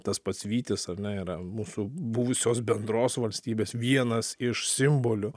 tas pats vytis ar ne yra mūsų buvusios bendros valstybės vienas iš simbolių